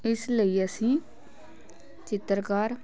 ਇਸ ਲਈ ਅਸੀਂ ਚਿੱਤਰਕਾਰ